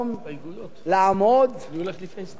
שהם היו ראויים לעמוד עליו כל השנים.